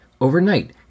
overnight